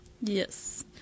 Yes